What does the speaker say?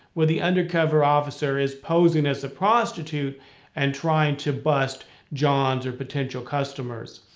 where the undercover officer is posing as a prostitute and trying to bust johns or potential customers.